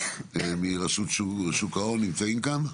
רשות שוק ההון נמצאים כאן?